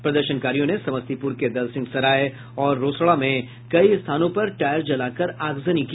प्रदर्शनकारियों ने समस्तीपुर के दलसिंहसराय और रोसड़ा में कई स्थानों पर टायर जलाकर आगजनी की